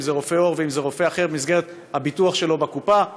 רופא עור או רופא אחר במסגרת הביטוח שלו בקופה,